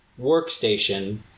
workstation